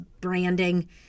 branding